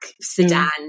sedan